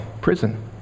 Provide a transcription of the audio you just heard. prison